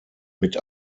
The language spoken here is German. mit